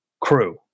crew